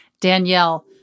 Danielle